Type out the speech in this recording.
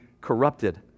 corrupted